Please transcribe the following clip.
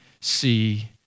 see